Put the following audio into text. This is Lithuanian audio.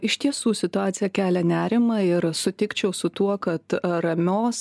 iš tiesų situacija kelia nerimą ir sutikčiau su tuo kad ramios